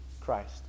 Christ